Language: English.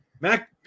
Mac